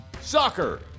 Soccer